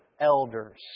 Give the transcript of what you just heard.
elders